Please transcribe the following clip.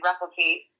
replicate